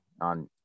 on